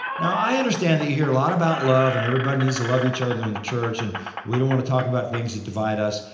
now i understand that you hear a lot about love and everybody needs to love each other in the church, and we don't want to talk about things that divide us.